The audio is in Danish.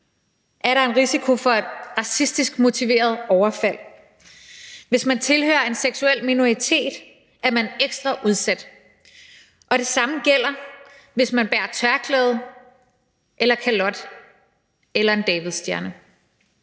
er der en risiko for et racistisk motiveret overfald. Hvis man tilhører en seksuel minoritet, er man ekstra udsat. Og det samme gælder, hvis man bærer tørklæde eller kalot eller en davidsstjerne.